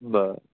बरं